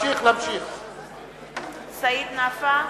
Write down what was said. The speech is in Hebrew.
סעיד נפאע